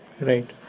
Right